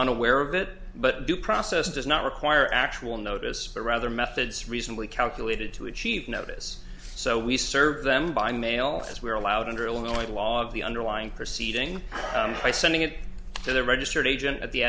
unaware of it but due process does not require actual notice but rather methods recently calculated to achieve notice so we serve them by mail as we are allowed under illinois law the underlying per seeding by sending it to the registered agent at the